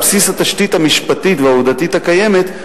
על בסיס התשתית המשפטית והעובדתית הקיימת,